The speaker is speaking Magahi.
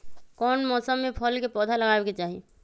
कौन मौसम में फल के पौधा लगाबे के चाहि?